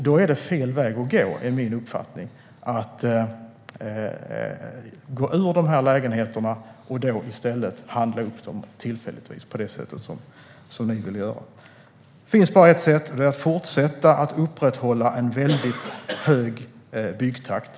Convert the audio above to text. Då är det fel väg att gå att gå ur dessa lägenheter och i stället handla upp dem tillfälligt på det sätt som ni vill göra. Det finns bara ett sätt, och det är att fortsätta att upprätthålla en hög byggtakt.